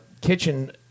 kitchen